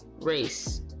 Race